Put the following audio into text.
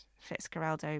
Fitzgerald